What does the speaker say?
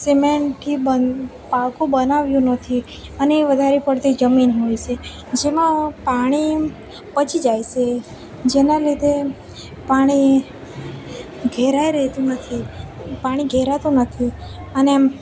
સિમેન્ટથી બંધ પાક્કું બનાવ્યું નથી અને એ વધારે પડતી જમીન હોય છે જેમાં પાણી પહોંચી જાય છે જેના લીધે પાણી ઘેરાઈ રહેતું નથી પાણી ઘેરાતું નથી અને એમ